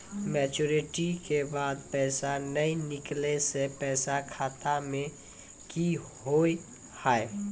Maturity के बाद पैसा नए निकले से पैसा खाता मे की होव हाय?